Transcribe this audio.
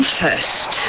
first